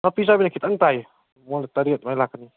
ꯅꯥꯄꯤ ꯆꯥꯕꯤꯁꯦ ꯈꯤꯇꯪ ꯇꯥꯏꯌꯦ ꯃꯣꯟꯗ ꯇꯔꯦꯠ ꯑꯗꯨꯃꯥꯏ ꯂꯥꯛꯀꯅꯤ